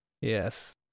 Yes